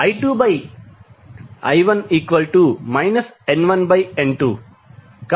కాబట్టి I2I1 N1N2